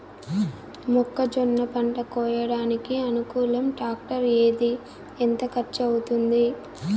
మొక్కజొన్న పంట కోయడానికి అనుకూలం టాక్టర్ ఏది? ఎంత ఖర్చు అవుతుంది?